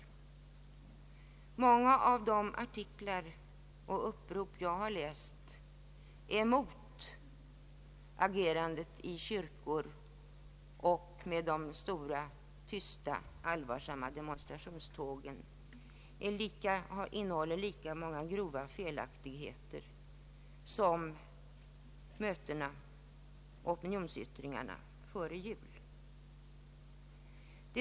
Många av de artiklar och upprop jag har läst är emot agerandet i kyrkor och de stora, tysta och allvarliga demonstrationstågen. Artiklarna och uppropen innehåller lika många grova felaktigheter som de opinionsyttringar som förekom strax före jul gjorde.